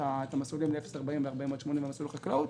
את המסלולים ל-0 40 קילומטר ול-40 80 קילומטר ומסלול החקלאות.